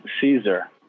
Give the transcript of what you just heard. Caesar